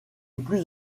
plus